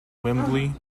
wembley